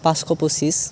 পাঁচশ পঁচিছ